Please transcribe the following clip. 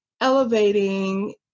elevating